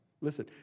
Listen